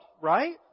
right